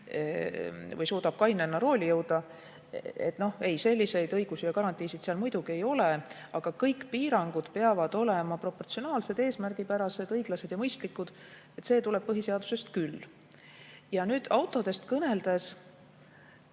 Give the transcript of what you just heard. või suudab kainena rooli jõuda. Ei, selliseid õigusi ja garantiisid seal muidugi ei ole. Aga kõik piirangud peavad olema proportsionaalsed, eesmärgipärased, õiglased ja mõistlikud. See tuleb põhiseadusest välja küll. Nüüd, autodest kõneldes